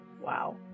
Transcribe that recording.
Wow